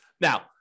Now